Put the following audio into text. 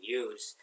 use